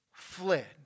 fled